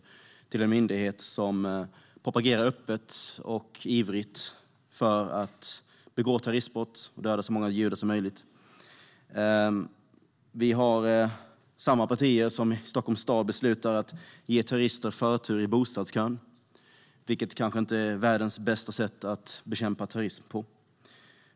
Det är en myndighet som propagerar öppet och ivrigt för att begå terroristbrott och döda så många judar som möjligt. Vi har samma partier som i Stockholms stad beslutar att ge terrorister förtur i bostadskön, vilket kanske inte är världens bästa sätt att bekämpa terrorism på.